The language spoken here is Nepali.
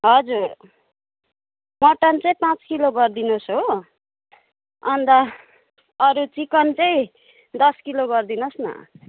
हजुर मटन चाहिँ पाँच किलो गरिदिनुहोस् हो अन्त अरू चिकन चाहिँ दस किलो गरिदिनुहोस् न